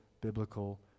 biblical